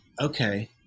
okay